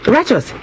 Righteous